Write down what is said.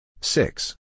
Six